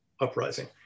uprising